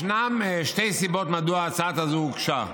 ישנן שתי סיבות מדוע ההצעה הוגשה.